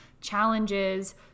challenges